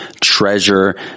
treasure